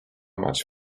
much